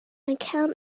account